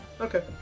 Okay